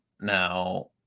Now